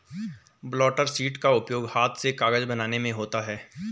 blotter sheet का उपयोग हाथ से कागज बनाने में होता है